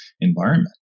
environment